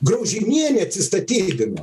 graužinienė atsistatydino